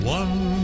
one